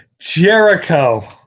Jericho